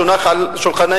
שהונח על שולחננו,